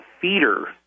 feeder